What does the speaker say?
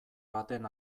baten